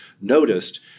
noticed